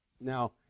Now